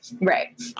Right